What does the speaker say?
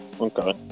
okay